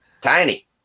tiny